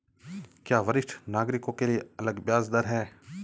क्या वरिष्ठ नागरिकों के लिए अलग ब्याज दर है?